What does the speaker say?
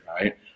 Right